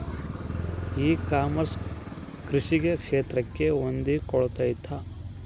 E commerce ಕೃಷಿ ಕ್ಷೇತ್ರಕ್ಕೆ ಹೊಂದಿಕೊಳ್ತೈತಾ?